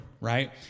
right